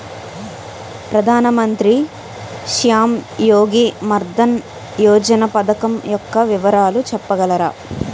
ప్రధాన మంత్రి శ్రమ్ యోగి మన్ధన్ యోజన పథకం యెక్క వివరాలు చెప్పగలరా?